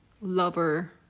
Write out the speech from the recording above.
lover